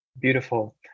Beautiful